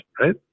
right